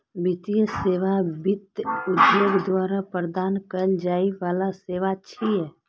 वित्तीय सेवा वित्त उद्योग द्वारा प्रदान कैल जाइ बला सेवा छियै